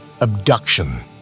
abduction